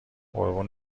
قربون